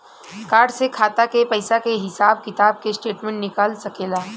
Card से खाता के पइसा के हिसाब किताब के स्टेटमेंट निकल सकेलऽ?